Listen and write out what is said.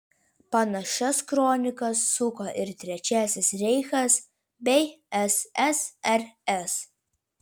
panašias kronikas suko ir trečiasis reichas bei ssrs